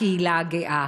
הקהילה הגאה.